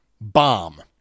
bomb